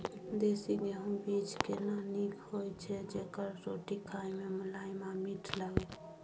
देसी गेहूँ बीज केना नीक होय छै जेकर रोटी खाय मे मुलायम आ मीठ लागय?